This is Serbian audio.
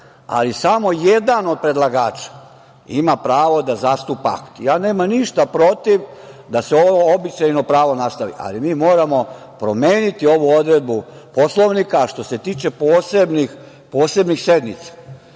ali samo jedan od predlagača ima pravo da zastupa akt. Nemam ništa protiv da se ovo običajno pravo nastavi, ali mi moramo promeniti ovu odredbu Poslovnika, a što se tiče posebnih sednica